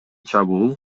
чабуул